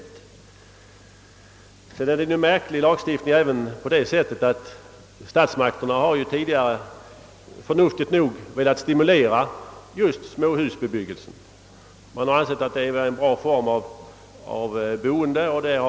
Den lagstiftning som vi nu diskuterar är märklig även av den anledningen att statsmakterna tidigare, förnuftigt nog, sökt stimulera till just småhusbyggen. Man har ansett att det är en bra form av boende.